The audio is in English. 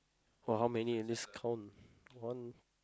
!wah how many in this count one